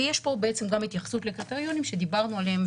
ויש פה גם התייחסות לקריטריונים שדיברנו עליהם,